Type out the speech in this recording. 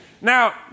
Now